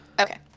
Okay